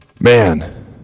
man